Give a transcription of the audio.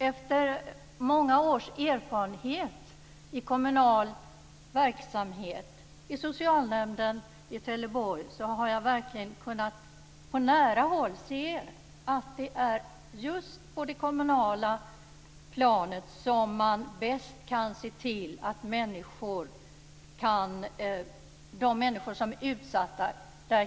Efter många års erfarenheter av kommunal verksamhet i socialnämnden i Trelleborg har jag på nära hålla verkligen kunnat se att det är just på det kommunala planet som man bäst kan lösa dessa frågor för de människor som är utsatta.